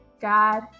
God